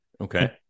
Okay